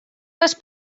les